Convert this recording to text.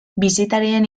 bisitarien